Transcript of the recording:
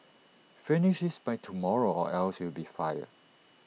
finish this by tomorrow or else you'll be fired